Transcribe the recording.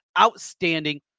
outstanding